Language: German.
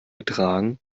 getragen